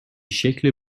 شکل